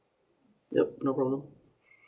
ya no problem